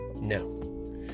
No